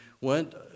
went